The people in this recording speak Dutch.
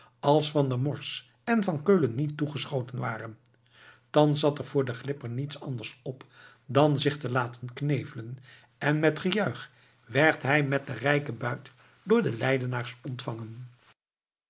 als van der morsch en van keulen niet toegeschoten waren thans zat er voor den glipper niets anders op dan zich te laten knevelen en met gejuich werd hij met den rijken buit door de leidenaars ontvangen